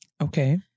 Okay